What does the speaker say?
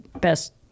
best